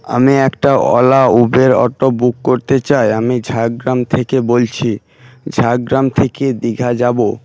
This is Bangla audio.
আমি একটা ওলা উবের অটো বুক করতে চাই আমি ঝাড়গ্রাম থেকে বলছি ঝাড়গ্রাম থেকে দীঘা যাব